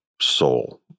soul